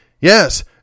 yes